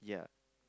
yeah